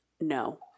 No